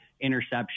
interception